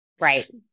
Right